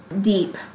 deep